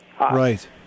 Right